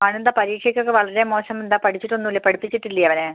അവനെന്താണ് പരീക്ഷയ്ക്ക് ഒക്കെ വളരെ മോശം എന്താണ് പഠിച്ചിട്ടൊന്നൂല്യേ പഠിപ്പിച്ചിട്ടില്യേ അവനെ